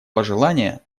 пожелание